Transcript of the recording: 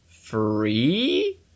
free